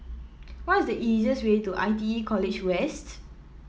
what is the easiest way to I T E College West